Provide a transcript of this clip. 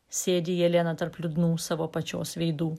sėdi jelena tarp liūdnų savo pačios veidų